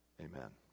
Amen